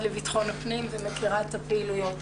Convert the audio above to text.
לביטחון הפנים ואני מכירה את הפעילויות.